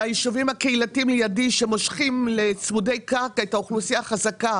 היישובים הקהילתיים לידי שמושכים את האוכלוסייה החזקה